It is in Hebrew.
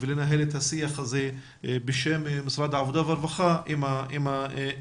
ולנהל את השיח הזה בשם משרד העבודה והרווחה עם הארגונים,